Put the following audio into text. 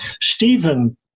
Stephen